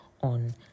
on